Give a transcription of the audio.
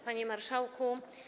Panie Marszałku!